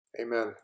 Amen